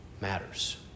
matters